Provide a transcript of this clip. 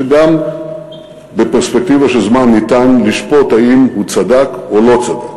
שגם בפרספקטיבה של זמן ניתן לשפוט אם הוא צדק או לא צדק.